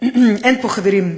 אין פה חברים,